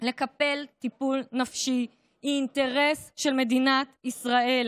לקבל טיפול נפשי היא אינטרס של מדינת ישראל.